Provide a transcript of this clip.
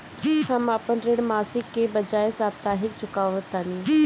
हम अपन ऋण मासिक के बजाय साप्ताहिक चुकावतानी